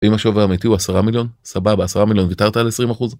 אם השווי האמיתי הוא עשרה מיליון, סבבה עשרה מיליון ויתרת על עשרים אחוז?